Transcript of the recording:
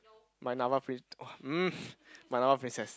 my NAFA prince !wah! um my NAFA princess